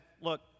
look